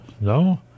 No